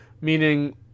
meaning